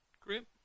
great